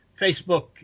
Facebook